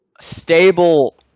stable